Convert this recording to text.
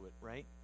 right